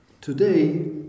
today